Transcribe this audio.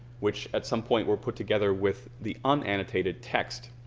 which at some point were put together with the unannotated text